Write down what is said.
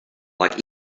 like